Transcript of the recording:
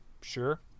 sure